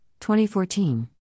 2014